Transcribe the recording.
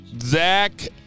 Zach